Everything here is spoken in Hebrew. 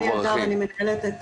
אני מנהלת את